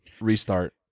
restart